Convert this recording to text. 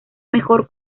mejor